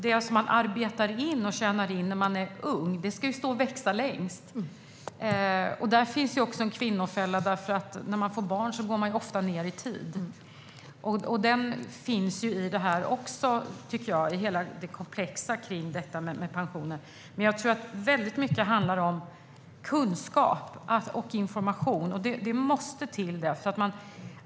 Det som man arbetar och tjänar in när man är ung ska stå och växa längst. Där finns det också en kvinnofälla, eftersom man ofta går ned i arbetstid när man får barn. Den finns i allt det komplexa kring pensionen. Jag tror att väldigt mycket handlar om kunskap och information som måste till.